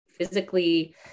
Physically